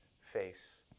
face